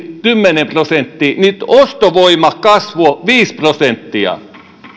kymmenen prosentin ostovoima kasvoi viisi prosenttia